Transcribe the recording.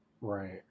Right